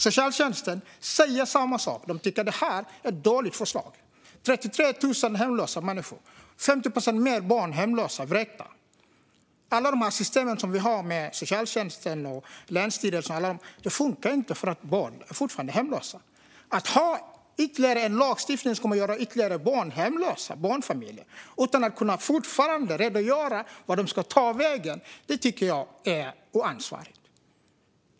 Socialtjänsten säger samma sak. De tycker att det är ett dåligt förslag. Det finns i dag 33 000 hemlösa människor och 50 procent fler hemlösa barn vars familjer blivit vräkta. De system som vi har med socialtjänsten och länsstyrelserna funkar inte, för barn är fortfarande hemlösa. Att införa ytterligare lagstiftning som kommer att göra ännu fler barnfamiljer hemlösa, fortfarande utan att kunna redogöra för vart de ska ta vägen, tycker jag är oansvarigt.